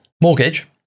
mortgage